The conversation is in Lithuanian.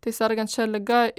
tai sergant šia liga